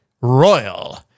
Royal